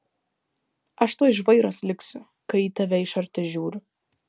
aš tuoj žvairas liksiu kai į tave iš arti žiūriu